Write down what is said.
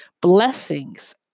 blessings